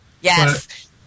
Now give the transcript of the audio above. Yes